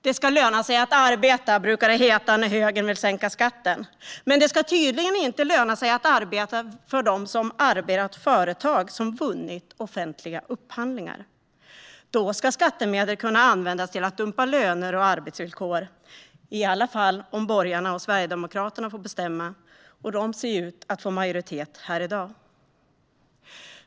Det ska löna sig att arbeta, brukar det heta när högern vill sänka skatten. Men det ska tydligen inte löna sig att arbeta för dem som arbetar åt företag som vunnit offentliga upphandlingar. Då ska skattemedel kunna användas till att dumpa löner och arbetsvillkor, i alla fall om borgarna och Sverigedemokraterna får bestämma, och de ser ju att få majoritet här i dag.